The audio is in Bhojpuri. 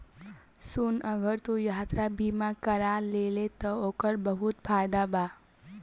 सुन अगर तू यात्रा बीमा कारा लेबे त ओकर बहुत फायदा बा